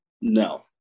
no